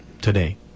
today